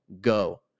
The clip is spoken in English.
Go